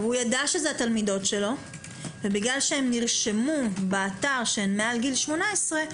הוא ידע שזה התלמידות שלו ובגלל שנרשמו באתר שהן מעל גיל 18,